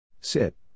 Sit